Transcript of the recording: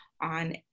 on